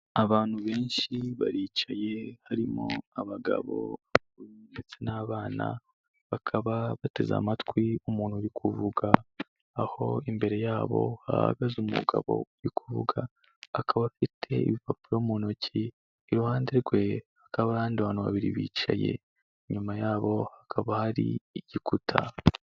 Abantu benshi baricaye, harimo abagabo, ndetse n'abana, bakaba bateze amatwi umuntu uri kuvuga, aho imbere yabo hahagaze umugabo uri kuvuga, akaba afite ibipapuro mu ntoki, iruhande rwe hakaba abandi bantu babiri bicaye, inyuma yabo hakaba hari igikuta.